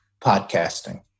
podcasting